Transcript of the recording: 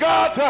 God